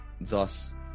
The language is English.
thus